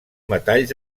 metalls